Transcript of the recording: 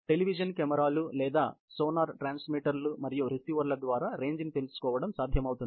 television కెమెరాలు లేదా sonar ట్రాన్స్మిటర్లు మరియు రిసీవర్ల ద్వారా రేంజ్ ని తెలుసుకోవడం సాధ్యమవుతుంది